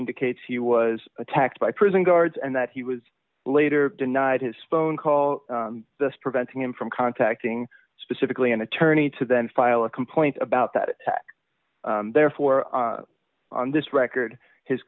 indicates he was attacked by prison guards and that he was later denied his phone call preventing him from contacting specifically an attorney to then file a complaint about that therefore on this record his